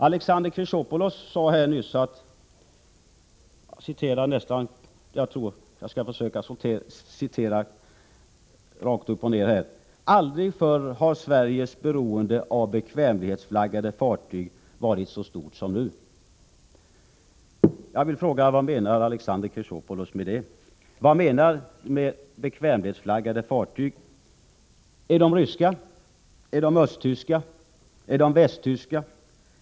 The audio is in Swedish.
Alexander Chrisopoulos sade nyss — jag skall försöka citera honom — att Sveriges beroende av bekvämlighetsflaggade fartyg aldrig förr har varit så stort som nu. Jag vill fråga vad Alexander Chrisopoulos menar med det. Vad menar ni med bekvämlighetsflaggade fartyg? Är de ryska? Är de östtyska? Är de västtyska?